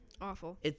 Awful